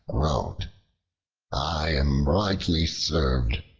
groaned i am rightly served,